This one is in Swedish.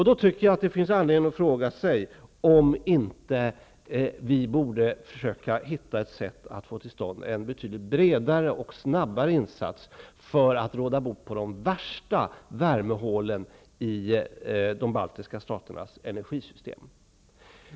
Det finns därför anledning att fråga sig om vi inte borde försöka hitta ett sätt att få till stånd en betydligt bredare och snabbare insats för att råda bot på de värsta värmehålen i de baltiska staternas energisystem.